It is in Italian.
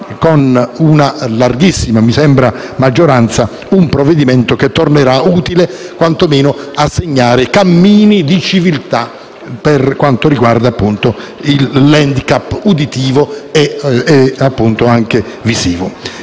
con una larghissima maggioranza un provvedimento che tornerà utile, quantomeno, a segnare cammini di civiltà per quanto riguarda l'*handicap* uditivo e visivo.